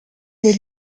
des